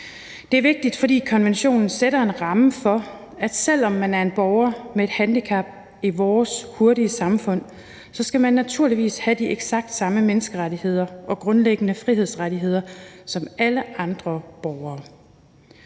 Det er vigtigt, fordi konventionen sætter en ramme for, at selv om man er en borger med et handicap i vores hurtige samfund, så skal man naturligvis have de eksakt samme menneskerettigheder og grundlæggende frihedsrettigheder som alle andre borgere.